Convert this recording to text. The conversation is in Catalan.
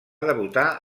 debutar